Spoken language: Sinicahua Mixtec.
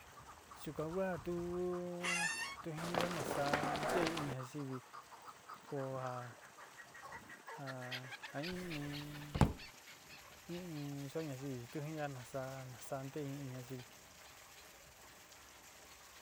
Yuka kua na tú tu jinidá nasá nté in ñayivi ko ja ja ja in in in in yo ñayivi tu jinina nasá nasá nte in ñayivi.